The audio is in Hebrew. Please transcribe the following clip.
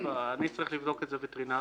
אני צריך לבדוק את זה וטרינרית.